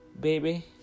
baby